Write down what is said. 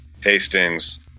Hastings